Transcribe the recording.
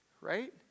right